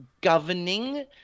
governing